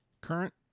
current